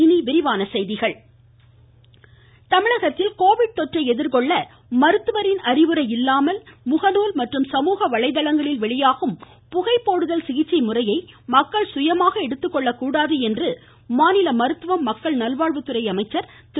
இனி விரிவான செய்திகள் சுப்ரமணியன் தமிழகத்தில் கோவிட் தொற்றை எதிர்கொள்ள மருத்துவரின் அறிவுரை இல்லாமல் முகநூல் மற்றும் சமூக வலைதளங்களில் வெளியாகும் புகை போடுதல் சிகிச்சை முறையை மக்கள் சுயமாக எடுத்துக்கொள்ளக்கூடாது என்று மாநில மருத்துவம் மக்கள் நல்வாழ்வுத்துறை அமைச்சர் திரு